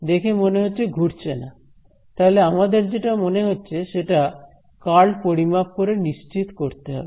দেখে মনে হচ্ছে ঘুরছে না তাহলে আমাদের যেটা মনে হচ্ছে সেটা কার্ল পরিমাপ করে নিশ্চিত করতে হবে